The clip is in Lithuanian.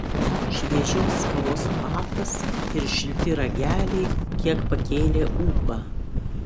šviežios kavos kvapas ir šilti rageliai kiek pakėlė ūpą